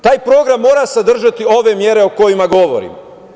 Taj program mora sadržati mere o kojima govorim.